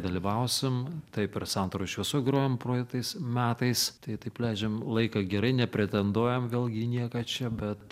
dalyvausim taip ir santaros šviesoj grojom praeitais metais tai taip leidžiam laiką gerai nepretenduojam vėlgi į nieką čia bet